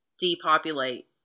depopulate